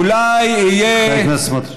אולי יהיה, חבר הכנסת סמוטריץ.